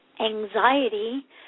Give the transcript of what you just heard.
anxiety